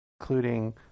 including